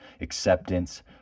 acceptance